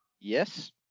Yes